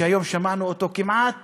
שהיום שמענו אותו כמעט